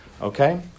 Okay